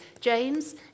James